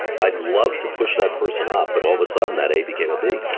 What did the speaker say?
i'd love to push that person up but all of a sudden that a became a b.